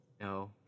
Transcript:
no